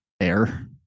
air